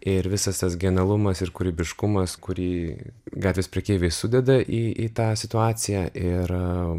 ir visas tas genialumas ir kūrybiškumas kurį gatvės prekeiviai sudeda į į tą situaciją ir